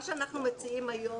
אנחנו מציעים היום,